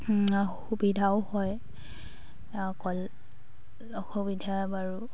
সুবিধাও হয় অকল অসুবিধা বাৰু